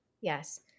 Yes